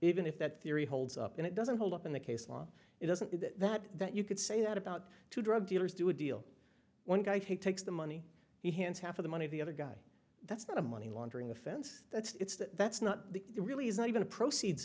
even if that theory holds up and it doesn't hold up in the case law it doesn't mean that that that you could say that about two drug dealers do a deal one guy who takes the money he hands half of the money the other guy that's not a money laundering offense it's that that's not the really is not even a proceeds